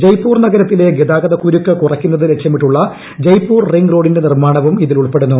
ജയ്പൂർ നഗരത്തിലെ ഗതാഗത കുരുക്ക് കുറക്കുന്നത് ലക്ഷ്യമിട്ടുള്ള ജയ്പൂർ റിങ് റോഡിന്റെ നിർമാണവും ഇതിൽ ഉൾപ്പെടുന്നു